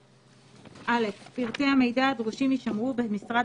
(א) פרטי המידע הדרושים יישמרו במשרד